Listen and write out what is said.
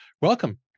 welcome